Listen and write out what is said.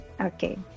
Okay